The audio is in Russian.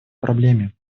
проблеме